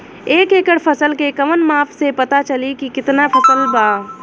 एक एकड़ फसल के कवन माप से पता चली की कितना फल बा?